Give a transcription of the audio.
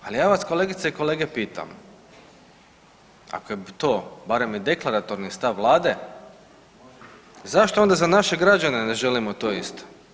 Ali ja vas kolegice i kolege pitam ako je to barem i deklaratorni stav vlade, zašto onda za naše građane ne želimo to isto?